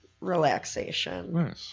relaxation